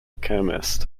chemist